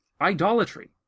idolatry